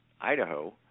Idaho